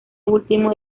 último